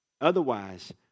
Otherwise